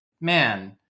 man